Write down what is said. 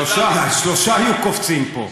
שלושה היו קופצים פה.